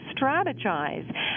strategize